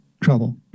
trouble